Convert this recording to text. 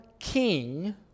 king